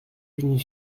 une